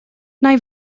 nai